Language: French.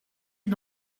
est